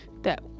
That